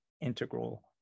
integral